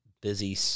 busy